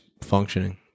functioning